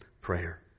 prayer